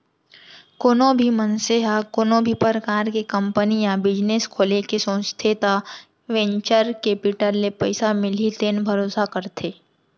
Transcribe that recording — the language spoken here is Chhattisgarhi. कोनो भी मनसे ह कोनो भी परकार के कंपनी या बिजनेस खोले के सोचथे त वेंचर केपिटल ले पइसा मिलही तेन भरोसा करथे